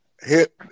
hit